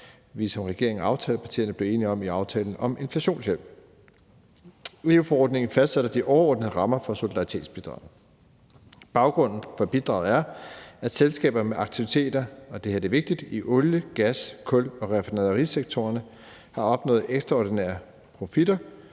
vi i regeringen og aftalepartierne blev enige om i aftalen om inflationshjælp. EU-forordningen fastsætter de overordnede rammer for solidaritetsbidraget. Baggrunden for bidraget er, at selskaber med aktiviteter i – og det her er vigtigt – olie-, gas-, kul- og raffinaderisektorerne har opnået ekstraordinære profitter